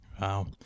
Wow